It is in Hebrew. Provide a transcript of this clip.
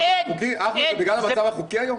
אחמד, זה בגלל המצב החוקי היום?